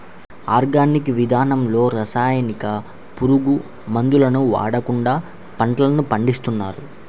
organic విధానంలో రసాయనిక, పురుగు మందులను వాడకుండా పంటలను పండిస్తారు